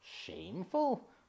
Shameful